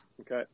Okay